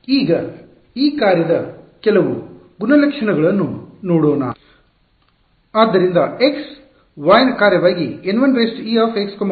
ಆದ್ದರಿಂದ ಈಗ ಈ ಕಾರ್ಯದ ಕೆಲವು ಗುಣಲಕ್ಷಣಗಳನ್ನು ಇಲ್ಲಿ ನೋಡೋಣ ಆದ್ದರಿಂದ x y ನ ಕಾರ್ಯವಾಗಿ N1ex y